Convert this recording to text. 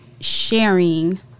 sharing